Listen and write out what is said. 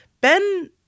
Ben